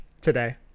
today